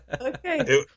Okay